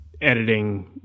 editing